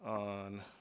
on,